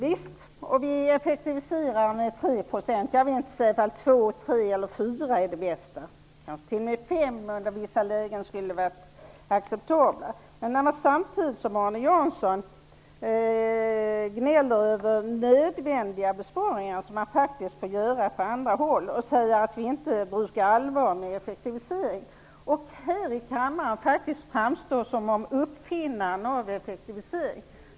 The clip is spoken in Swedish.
Herr talman! Ja, vi effektiviserar med 3 %. Jag vill inte säga om 2, 3 eller 4 % är det bästa -- kanske t.o.m. 5 % i vissa lägen skulle ha varit acceptabelt. Arne Jansson gnäller över nödvändiga besparingar, som faktiskt görs på andra håll, och säger att vi inte menar allvar med effektiviseringen. Han vill här i kammaren framstå som uppfinnaren av effektivisering.